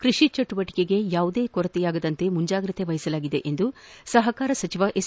ಕೃಷಿ ಚಟುವಟಿಕೆಗಳಿಗೆ ಯಾವುದೇ ಕೊರತೆಯಾಗದಂತೆ ಮುಂಜಾಗ್ರತೆ ವಹಿಸಲಾಗಿದೆ ಎಂದು ಸಹಕಾರ ಸಚಿವ ಎಸ್